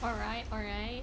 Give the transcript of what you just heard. alright alright